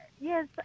yes